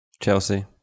Chelsea